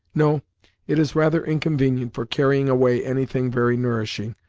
no it is rather inconvenient for carrying away any thing very nourishing,